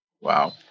Wow